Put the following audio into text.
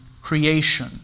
creation